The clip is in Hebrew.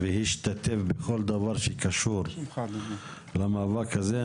וישתתף בכל דבר שקשור למאבק הזה.